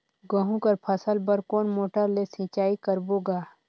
गहूं कर फसल बर कोन मोटर ले सिंचाई करबो गा?